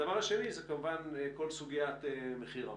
הדבר השני זה כמובן כל סוגיית מחיר המים.